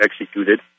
executed